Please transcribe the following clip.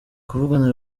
kuvuganira